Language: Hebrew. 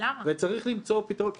וצריך למצוא פתרון.